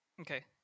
Okay